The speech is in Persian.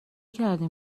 کردیم